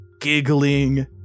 giggling